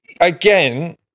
again